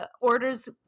orders